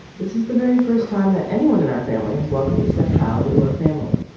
this is the very first time that anyone in our family has welcomed a stepchild into our family.